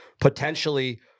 potentially